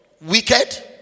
wicked